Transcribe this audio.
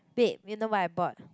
babe you know what I bought